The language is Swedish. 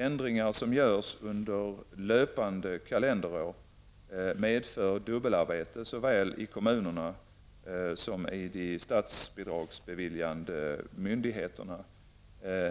Ändringar som görs under löpande kalenderår medför dubbelarbete såväl i kommunerna som i de statsbidragsbeviljande myndigheterna,